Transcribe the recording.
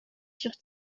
sur